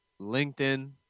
LinkedIn